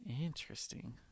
Interesting